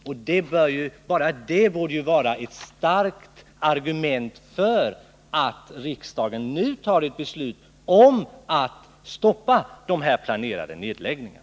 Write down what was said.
Och bara det borde vara ett starkt argument för att riksdagen nu fattar ett beslut om att stoppa dessa planerade nedläggningar.